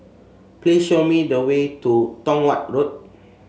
please show me the way to Tong Watt Road